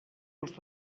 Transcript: els